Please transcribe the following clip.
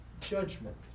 judgment